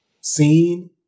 seen